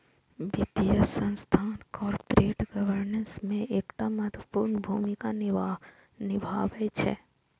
वित्तीय संस्थान corporate governance मे एकटा महत्वपूर्ण भूमिका निभाबै छै